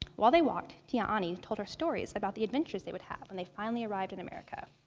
while they walked, tia anie told her stories about the adventures they would have when they finally arrived in america.